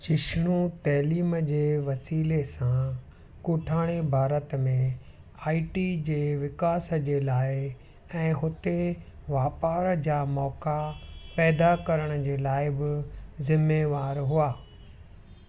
जिष्णु तइलीम जे वसीले सां ॻोठाणे भारत में आई टी जे विकास जे लाइ ऐं हुते वापार जा मौक़ा पैदा करण जे लाइ बि ज़िम्मेवारु हुआ